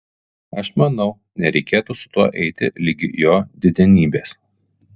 aš manau nereikėtų su tuo eiti ligi jo didenybės